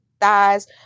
thighs